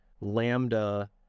Lambda